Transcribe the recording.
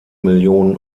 millionen